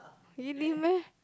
really meh